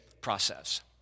process